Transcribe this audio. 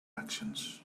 actions